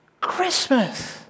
Christmas